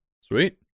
Sweet